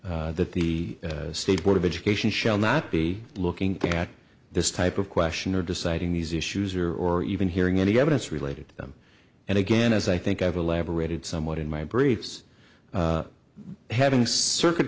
these that the state board of education shall not be looking at this type of question or deciding these issues or or even hearing any evidence related to them and again as i think i've elaborated somewhat in my briefs having circuit